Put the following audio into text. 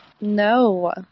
No